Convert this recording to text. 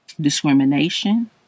discrimination